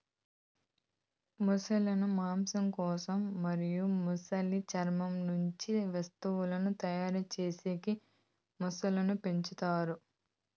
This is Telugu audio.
మొసళ్ళ ను మాంసం కోసం మరియు మొసలి చర్మం నుంచి వస్తువులను తయారు చేసేకి మొసళ్ళను పెంచుతారు